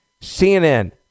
CNN